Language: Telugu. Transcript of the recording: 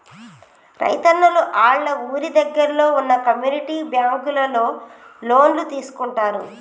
రైతున్నలు ఆళ్ళ ఊరి దగ్గరలో వున్న కమ్యూనిటీ బ్యాంకులలో లోన్లు తీసుకుంటారు